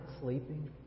sleeping